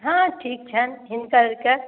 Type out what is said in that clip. हँ ठीक छनि हिनकर आरके